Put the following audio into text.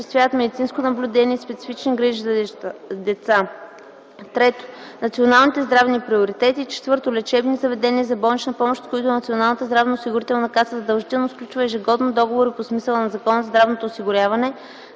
3. националните здравни приоритети;